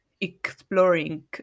exploring